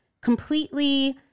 completely